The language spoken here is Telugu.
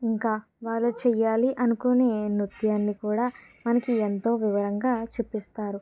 ఇంకా వాళ్ళు చేయాలి అనుకునే నృత్యాన్ని కూడా మనకు ఎంతో వివరంగా చూపిస్తారు